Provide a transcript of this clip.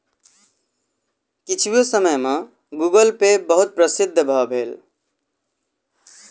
किछुए समय में गूगलपे बहुत प्रसिद्ध भअ भेल